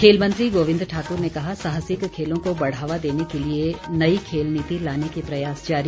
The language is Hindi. खेल मंत्री गोविंद ठाकुर ने कहा साहसिक खेलों को बढ़ावा देने के लिए नई खेल नीति लाने के प्रयास जारी